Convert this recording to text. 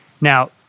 Now